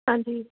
ਹਾਂਜੀ